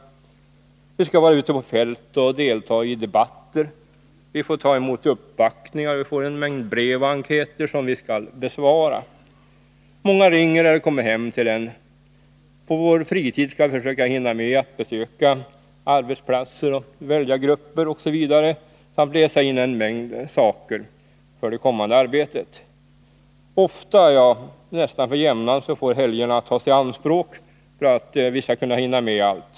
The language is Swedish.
Vi skall ut på fältet och delta i debatter. Vi får ta emot uppvaktningar, och vi får en mängd brev och enkäter som vi skall besvara. Många ringer eller kommer hem till oss. På vår fritid skall vi försöka hinna med att besöka arbetsplatser, väljargrupper osv. samt läsa in en mängd uppgifter för det kommande arbetet. Ofta, ja nästan för jämnan, får helgerna tas i anspråk för att vi skall kunna hinna med allt.